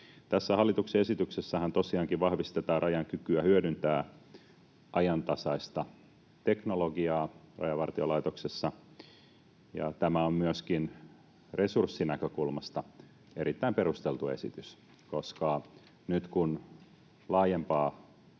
hallituksen esityksessähän tosiaankin vahvistetaan rajan kykyä hyödyntää ajantasaista teknologiaa Rajavartiolaitoksessa. Tämä on myöskin resurssinäkökulmasta erittäin perusteltu esitys, koska nyt kun